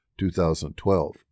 2012